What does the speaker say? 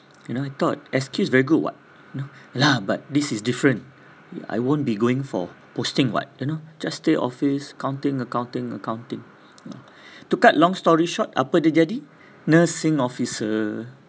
you know I thought S_Q's very good what no ye lah but this is different I won't be going for posting what you know just stay office counting accounting accounting know to cut long story short apa dia jadi nursing officer